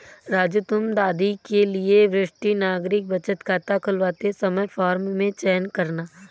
राजू तुम दादी के लिए वरिष्ठ नागरिक बचत खाता खुलवाते समय फॉर्म में चयन करना